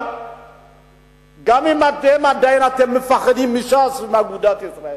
אבל גם אם אתם עדיין מפחדים מש"ס ומאגודת ישראל,